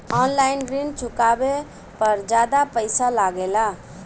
आन line ऋण चुकावे पर ज्यादा पईसा लगेला?